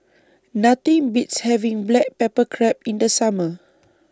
Nothing Beats having Black Pepper Crab in The Summer